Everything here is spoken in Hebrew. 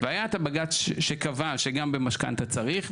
והיה את הבג"צ שקבע שגם במשכנתה צריך,